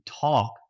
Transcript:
talk